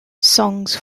songs